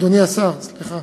אדוני השר, סליחה,